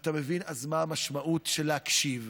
ואתה מבין מה המשמעות של להקשיב,